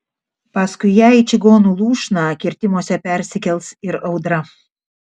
paskui ją į čigonų lūšną kirtimuose persikels ir audra